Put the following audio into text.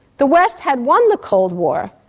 the west had won the cold war,